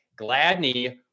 Gladney